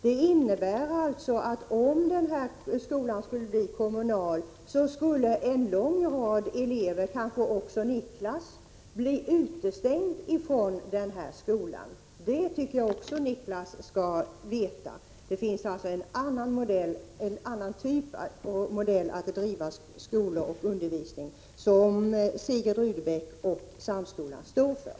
Det innebär att om den aktuella skolan blev kommunal skulle en lång rad elever — kanske också Miklas — bli utestängda från sina skolor. Det tycker jag också att Miklas skall veta. Det finns alltså en annan modell att bedriva undervisning efter som Sigrid Rudebecks Gymnasium och Göteborgs Högre Samskola står för.